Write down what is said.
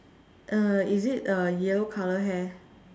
uh is it a yellow colour hair